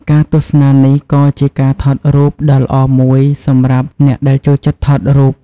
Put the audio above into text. ការទស្សនានេះក៏ជាការថតរូបដ៏ល្អមួយសម្រាប់អ្នកដែលចូលចិត្តថតរូប។